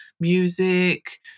Music